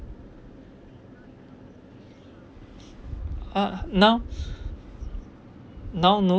ah now now no